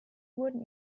wurde